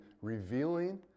revealing